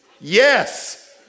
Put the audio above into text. Yes